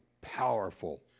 powerful